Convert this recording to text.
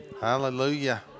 Hallelujah